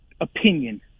opinion